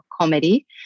comedy